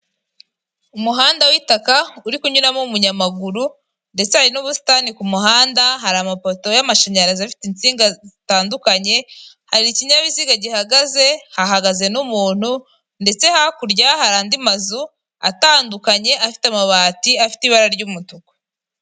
Umuhanda w'itaka uri kunyuramo umunyamaguru, ndetse hari n'ubusitani ku kumuhanda hari amapoto y'amashanyarazi afite insinga zitandukanye, hari ikinyabiziga gihagaze hahagaze n'umuntu, ndetse hakurya hari andi mazu atandukanye afite amabati afite ibara ry'umutuku.